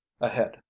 ahead